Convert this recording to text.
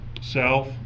south